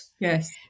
Yes